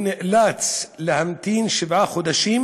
הוא נאלץ להמתין שבעה חודשים,